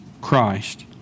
Christ